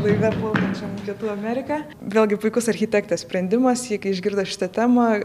laive plaukiančiam į pietų ameriką vėlgi puikus architektas sprendimas jie kai išgirdo šitą temą